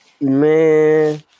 Man